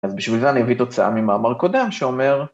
אז בשביל זה אני אביא תוצאה ממאמר קודם שאומר...